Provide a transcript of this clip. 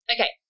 Okay